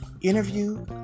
interview